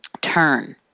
turn